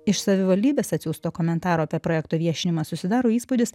iš savivaldybės atsiųsto komentaro apie projekto viešinimą susidaro įspūdis